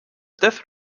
death